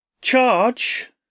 charge